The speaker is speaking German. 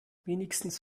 wenigstens